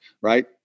right